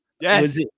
yes